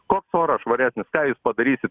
koks oras švaresnis ką jūs padarysit